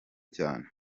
cyane